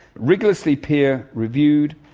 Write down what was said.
rigorously peer reviewed.